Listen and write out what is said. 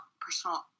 personal